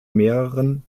mehreren